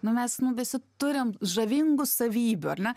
nu mes nu visi turim žavingų savybių ar ne